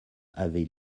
avait